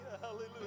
hallelujah